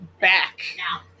back